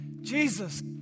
Jesus